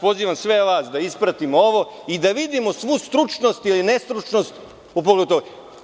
Pozivam sve vas da ispratimo ovo i da vidimo svu stručnost ili nestručnost u pogledu ovoga.